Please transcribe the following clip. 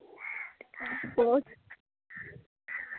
sports